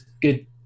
good